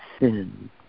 sin